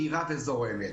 מהירה וזורמת.